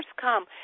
come